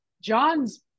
John's